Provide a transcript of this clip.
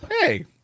Hey